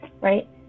right